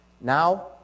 Now